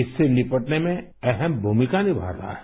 इससे निपटने में अहम भूमिका निभाता है